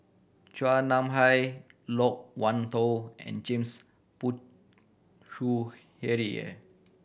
Chua Nam Hai Loke Wan Tho and James Puthucheary